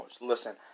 Listen